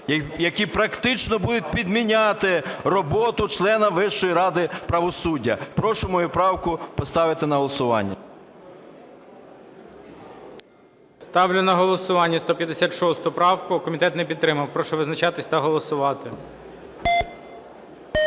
які практично будуть підміняти роботу члена Вищої ради правосуддя. Прошу мою правку поставити на голосування. ГОЛОВУЮЧИЙ. Ставлю на голосування 156 правку. Комітет не підтримав. Прошу визначатись та голосувати. 12:00:11